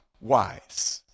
wise